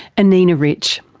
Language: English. anina rich.